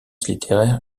littéraire